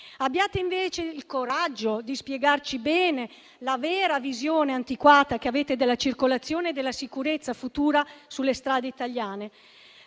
Abbiate invece il coraggio di spiegarci bene la vera visione antiquata che avete della circolazione e della sicurezza futura sulle strade italiane,